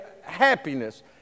happiness